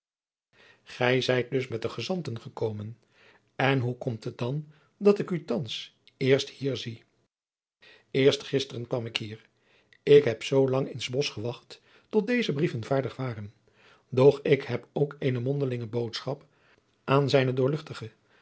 gij zijt dus met de gezanten gekomen en hoe komt het dan dat ik u thands eerst hier zie eerst gisteren kwam ik hier ik heb zoo lang in s bosch gewacht tot deze brieven vaardig waren doch ik heb ook eene mondelinge boodschap aan